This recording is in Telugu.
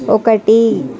ఒకటి